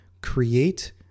create